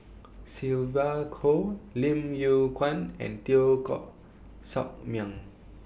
Sylvia Kho Lim Yew Kuan and Teo Koh Sock Miang